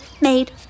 made